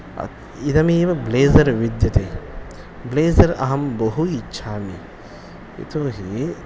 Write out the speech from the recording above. अत् इदमेव ब्लेज़र् विद्यते ब्लेज़र् अहं बहु इच्छामि यतोहि